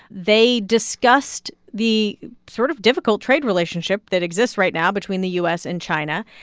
they discussed the sort of difficult trade relationship that exists right now between the u s. and china.